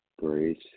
Grace